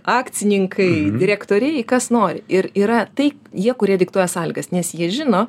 akcininkai direktoriai kas nori ir yra taip jie kurie diktuoja sąlygas nes jie žino